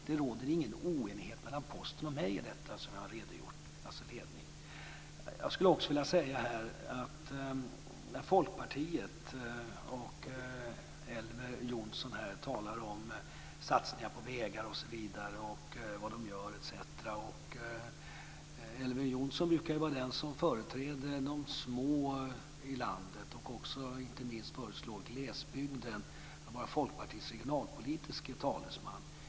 Det råder ingen oenighet mellan Postens ledning och mig i detta som jag har redogjort för. Folkpartiet och Elver Jonsson talar här om satsningar på vägar, vad de gör osv. Elver Jonsson brukar ju vara den som företräder de små i landet och glesbygden. Han brukar vara Folkpartiets regionalpolitiske talesman.